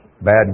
bad